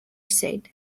said